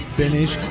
finish